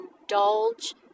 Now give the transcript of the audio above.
indulge